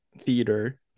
theater